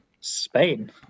Spain